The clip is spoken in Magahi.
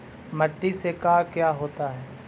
माटी से का क्या होता है?